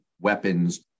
weapons